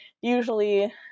usually